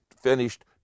finished